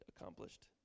accomplished